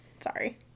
Sorry